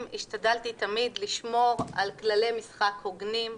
השתדלתי תמיד לשמור על כללי משחק הוגנים,